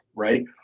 right